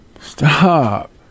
Stop